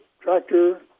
tractor